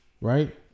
Right